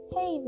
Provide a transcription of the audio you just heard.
Hey